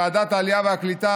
ועדת העלייה והקליטה,